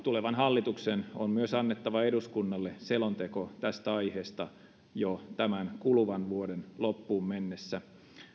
tulevan hallituksen on myös annettava eduskunnalle selonteko tästä aiheesta jo tämän kuluvan vuoden loppuun mennessä